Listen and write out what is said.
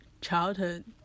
childhood